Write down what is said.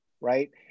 right